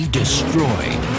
destroyed